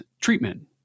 treatment